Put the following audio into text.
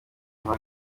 munwa